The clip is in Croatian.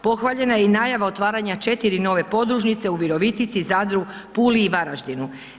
Pohvaljena je i najava otvaranja 4 nove podružnice u Virovitici, Zadru, Puli i Varaždinu.